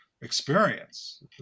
Experience